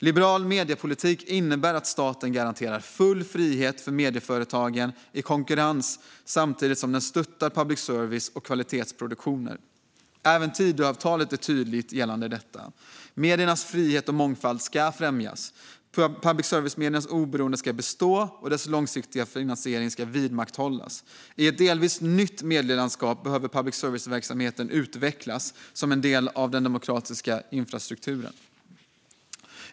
Liberal mediepolitik innebär att staten garanterar full frihet för medieföretagen i konkurrens samtidigt som den stöttar public service och kvalitetsproduktioner. Även Tidöavtalet är tydligt gällande detta: Mediernas frihet och mångfald ska främjas. Public service-mediernas oberoende ska bestå och dess långsiktiga finansiering vidmakthållas. I ett delvis nytt medielandskap behöver public service-verksamheten utvecklas, som en del av den demokratiska infrastrukturen.